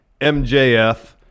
MJF